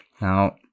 Now